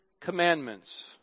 commandments